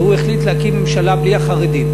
והוא החליט להקים ממשלה בלי החרדים.